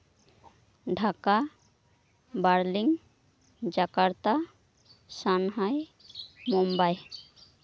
Dhaka Berlin Jakarta Shanghai Mumbai